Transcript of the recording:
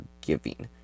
giving